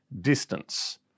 distance